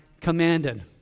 commanded